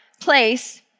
place